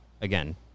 again